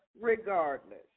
regardless